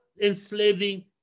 enslaving